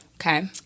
Okay